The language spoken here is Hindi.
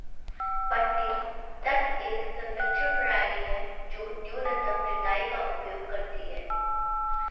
पट्टी तक एक संरक्षण प्रणाली है जो न्यूनतम जुताई का उपयोग करती है